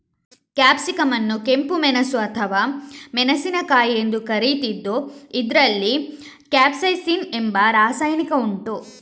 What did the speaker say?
capsicum ಅನ್ನು ಕೆಂಪು ಮೆಣಸು ಅಥವಾ ಮೆಣಸಿನಕಾಯಿ ಎಂದು ಕರೀತಿದ್ದು ಇದ್ರಲ್ಲಿ ಕ್ಯಾಪ್ಸೈಸಿನ್ ಎಂಬ ರಾಸಾಯನಿಕ ಉಂಟು